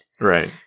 right